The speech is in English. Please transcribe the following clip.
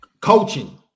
coaching